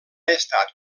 estat